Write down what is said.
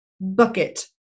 bucket